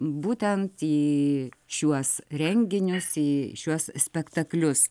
būtent į šiuos renginius į šiuos spektaklius